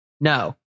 No